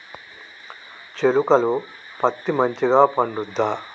చేలుక లో పత్తి మంచిగా పండుద్దా?